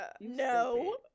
No